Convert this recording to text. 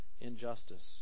injustice